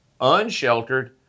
unsheltered